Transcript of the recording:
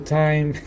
time